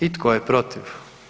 I tko je protiv?